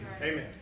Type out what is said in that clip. Amen